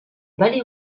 palais